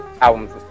albums